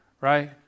right